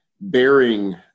bearing